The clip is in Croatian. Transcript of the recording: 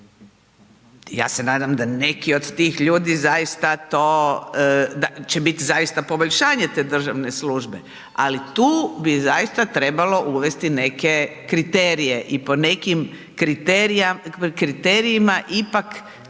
Ja se nadam da neki od tih ljudi, zaista to, će biti zaista poboljšanje te državne službe, ali tu bi zaista trebalo uvesti neke kriterije i po nekim kriterijima, ipak te